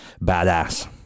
Badass